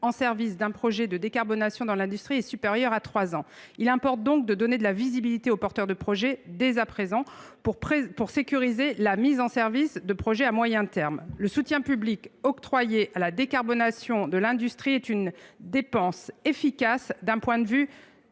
service d’un projet de décarbonation dans l’industrie est supérieur à trois ans. Il importe donc de donner de la visibilité aux porteurs de projets dès à présent, afin de sécuriser la mise en service de projets à moyen terme. Le soutien public octroyé à la décarbonation de l’industrie est une dépense efficace, dont le